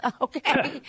okay